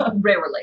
Rarely